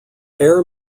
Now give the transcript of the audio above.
air